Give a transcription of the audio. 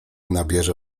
nabierze